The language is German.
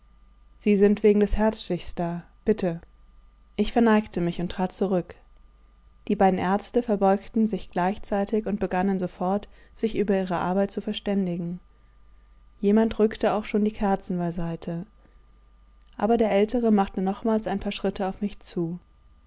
sie sind wegen des herzstichs da bitte ich verneigte mich und trat zurück die beiden ärzte verbeugten sich gleichzeitig und begannen sofort sich über ihre arbeit zu verständigen jemand rückte auch schon die kerzen beiseite aber der ältere machte nochmals ein paar schritte auf mich zu